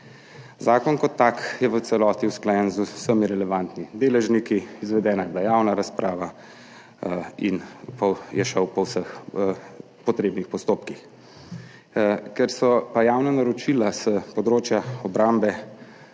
Zakon kot tak je v celoti usklajen z vsemi relevantnimi deležniki, izvedena je bila javna razprava in šel je po vseh potrebnih postopkih. Ker pa predstavljajo javna naročila s področja obrambe